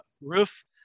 roof